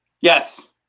yes